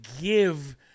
give